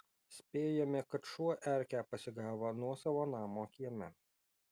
spėjame kad šuo erkę pasigavo nuosavo namo kieme